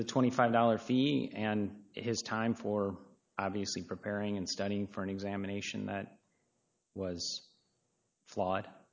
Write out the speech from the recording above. the twenty five dollars fee and his time for obviously preparing and studying for an examination that was fl